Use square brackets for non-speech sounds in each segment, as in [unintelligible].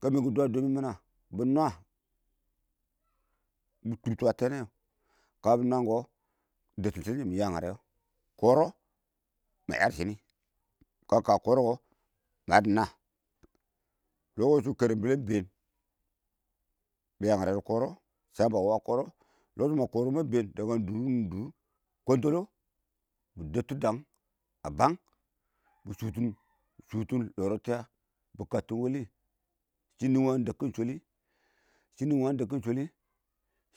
kabeen kʊ dwawɛ mana bɪ nwa bɪ tʊ shɔ a tɛnɛ kabɪ nwan kɛ bɪ dɛbtin shulim shɪn bɪya ngare wɔ. kɔrɔ ma yadi shini kɪma kə kɔrɔkɔ ma yadi naa kɔrfi shʊ karalbɛlɛ ingbeen bɪ ya ngarɛ dɪ kɔrɔ cham ba wɔ a kɔrɔ [unintelligible] shʊ kɔrɔ ma ingbeen ba wɔ [unintelligible] dʊr mʊ ingdʊr kwaɔntstngi bɪ debtʊ dang a bang bɪ shʊtʊ shʊtʊ brɔtiya bɪ kattin wɛli shɪn nɪɪn wangɪn dɛbkin shʊli shɪn nɪ wangɪn dɛbkin shʊli,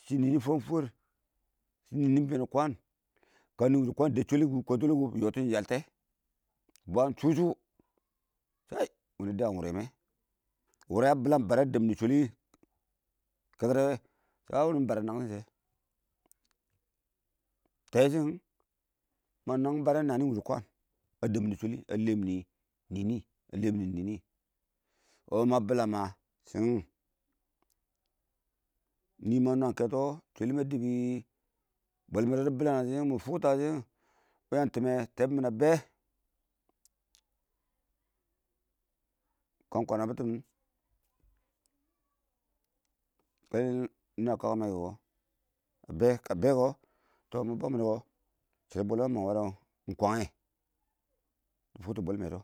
shɪn nɪɪn ingfang fwar, shɪn nɪɪn ingbeen dɪ kwaan, kanɪ inwidi kwaan deb shwali dɛb kwɔntbngi kʊ bɪ yɔti shɪm yɛltɛ bwaam shʊ-shʊ shɪ [hesitation] wini dɪya iɪng wʊrɛ mɛ, wʊrɛ a bilam bare a deb mini shwali wɪɪn kɛkkɛdɛk wɛ shɪ [hesitation] wini ingbarɛ nacching shɛ tɛɛshhin iɪng ma nang barɛ ingna nɪ wɪɪn dɪ kwan a dɛb mini shwali a lɛm wɪɪn nɪɪn a lɛmini nɪɪn wɔ ma bilamma shɪn iɪng nɪ ma nwam kɛtɔ shwali ma dɔbbi wɪɪn bwɛlmɛ dɪ bɪlang ma shiram ma shii wɔ yang time tɛɛbʊn mɪn a bɛ i kang kwana bʊttʊ mɪn kɪma nɪ a kaka ma kɛ kɔ a bɛ kə bɛ kɔ tɔ ma bang mɪne kɛ shidɔ bwɛlme a mang warɛ wɛ iɪng kwange tɔ mɪ fʊktɔ bwelme dɔ.